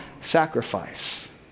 sacrifice